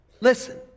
Listen